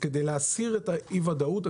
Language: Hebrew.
כדי להסיר את אי הוודאות הזאת,